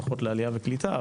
פחות לעלייה וקליטה,